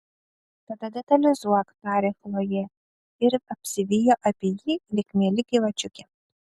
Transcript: tada detalizuok tarė chlojė ir apsivijo apie jį lyg meili gyvačiukė